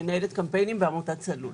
מנהלת הקמפיינים בעמותה הסביבתית צלול.